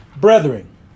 Brethren